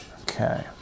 Okay